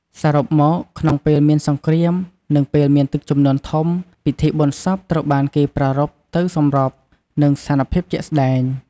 សរុបមក ក្នុងពេលមានសង្គ្រាម និងពេលមានទឹកជំនន់ធំ ពិធីបុណ្យសពត្រូវបានគេប្រារព្ឋទៅសម្របនឹងស្ថានភាពជាក់ស្តែង។